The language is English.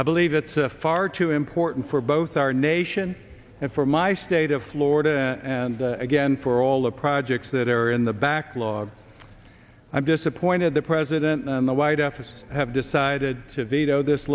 i believe it's far too important for both our nation and for my state of florida and again for all the projects that are in the backlog i'm disappointed the president and the white fs have decided to veto this